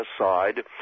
aside